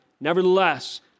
nevertheless